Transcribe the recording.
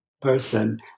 person